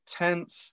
tense